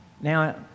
Now